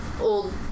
old